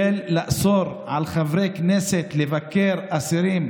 של לאסור על חברי כנסת לבקר אסירים,